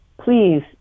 please